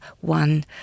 one